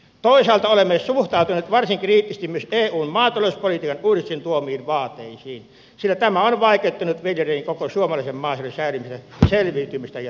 toisaalta olemme suhtautuneet varsin kriittisesti myös eun maatalouspolitiikan uudistuksen tuomiin vaateisiin sillä tämä on vaikeuttanut viljelijöiden ja koko suomalaisen maaseudun selviytymistä ja toimeentuloa